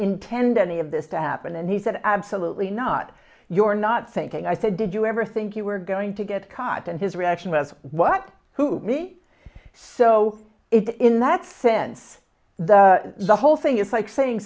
intend any of this to happen and he said absolutely not you're not thinking i said did you ever think you were going to get caught and his reaction was what who me so it's in that sense the the whole thing is like saying